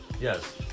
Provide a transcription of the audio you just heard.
yes